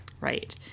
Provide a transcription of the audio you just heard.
Right